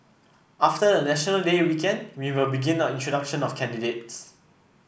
after the National Day weekend we will begin our introduction of candidates